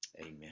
amen